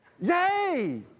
Yay